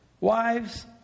Wives